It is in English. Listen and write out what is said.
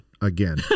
again